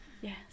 Yes